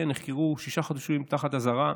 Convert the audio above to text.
כן, נחקרו שישה חשודים תחת אזהרה,